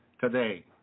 today